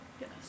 Yes